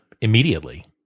immediately